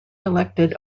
elected